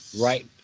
right